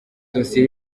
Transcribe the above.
dosiye